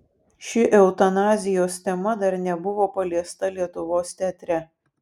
ši eutanazijos tema dar nebuvo paliesta lietuvos teatre